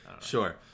Sure